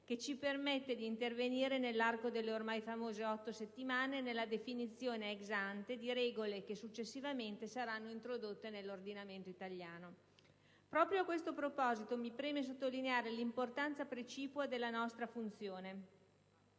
che ci permette di intervenire, nell'arco delle ormai famose otto settimane, nella definizione *ex ante* di regole che, successivamente, saranno introdotte nell'ordinamento italiano. Proprio a questo proposito, mi preme sottolineare l'importanza precipua della nostra funzione: